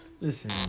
Listen